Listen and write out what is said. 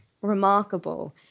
remarkable